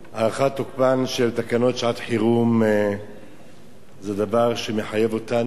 הארכת תוקפן של תקנות שעת-חירום זה דבר שמחייב אותנו.